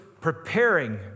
preparing